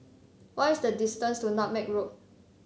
what is the distance to Nutmeg Road